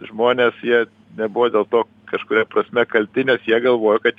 žmonės jie nebuvo dėl to kažkuria prasme kalti nes jie galvojo kad